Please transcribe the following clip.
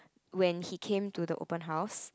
when he came to the open house